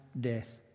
death